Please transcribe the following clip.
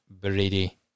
Brady